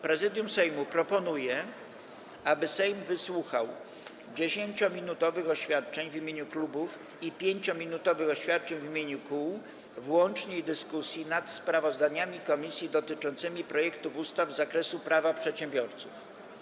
Prezydium Sejmu proponuje, aby Sejm wysłuchał 10-minutowych oświadczeń w imieniu klubów i 5-minutowych oświadczeń w imieniu kół w łącznej dyskusji nad sprawozdaniami komisji dotyczącymi projektów ustaw z zakresu Prawa przedsiębiorców.